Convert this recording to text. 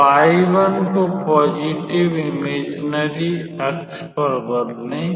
तो I1 को धनात्मक इमेजिनरी अक्ष पर बदलें